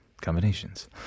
combinations